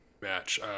match